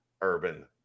Urban